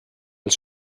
els